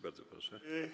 Bardzo proszę.